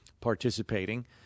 participating